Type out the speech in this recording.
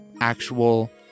actual